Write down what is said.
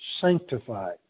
sanctified